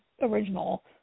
original